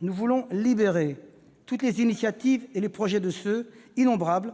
Nous voulons libérer toutes les initiatives et les projets de ceux, innombrables,